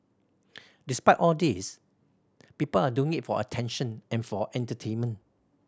despite all these people are doing it for attention and for entertainment